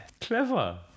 Clever